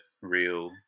real